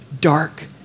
dark